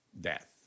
death